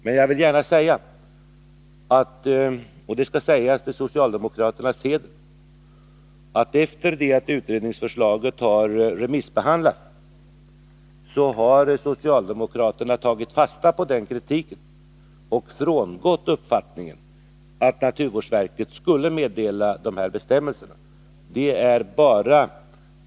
Men jag vill gärna säga — och det skall sägas till socialdemokraternas heder — att socialdemokraterna efter remissbehandlingen av utredningen tagit fasta på kritiken mot utredningsförslaget och frångått uppfattningen att naturvårdsverket skulle utfärda de här bestämmelserna.